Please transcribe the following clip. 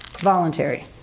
voluntary